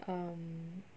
um